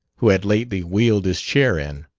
who had lately wheeled his chair in.